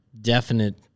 definite